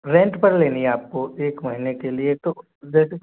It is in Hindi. रेंट पर लेनी आपको एक महीने के लिए तो डेट